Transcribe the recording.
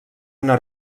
una